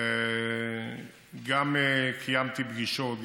וגם קיימתי פגישות.